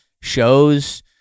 shows